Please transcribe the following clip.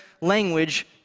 language